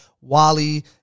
Wally